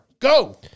Go